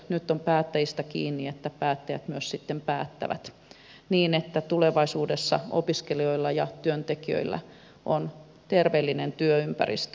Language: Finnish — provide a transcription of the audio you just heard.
nyt on päättäjistä kiinni että päättäjät myös sitten päättävät niin että tulevaisuudessa opiskelijoilla ja työntekijöillä on terveellinen työympäristö